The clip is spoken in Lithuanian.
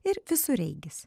ir visureigis